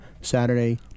saturday